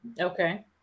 Okay